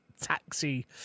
taxi